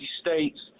States